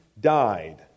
died